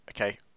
okay